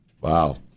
Wow